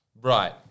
Right